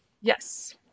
Yes